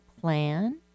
plan